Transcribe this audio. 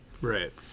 Right